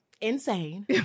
insane